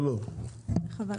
לא, לא.